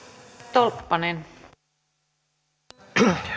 arvoisa